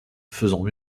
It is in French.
faisant